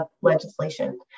legislation